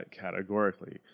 categorically